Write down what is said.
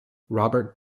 robert